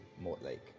Mortlake